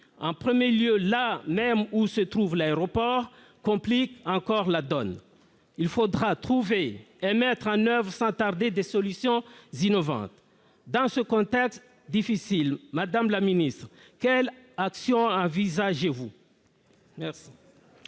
en premier lieu là même où se trouve l'aéroport, complique encore la donne. Il faudra trouver et mettre en oeuvre sans tarder des solutions innovantes. Dans ce contexte difficile, madame la ministre, quelles actions envisagez-vous ?